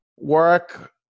Work